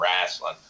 wrestling